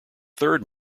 third